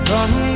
Come